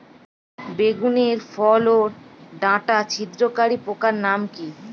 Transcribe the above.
বেগুনের ফল ওর ডাটা ছিদ্রকারী পোকার নাম কি?